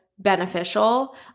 beneficial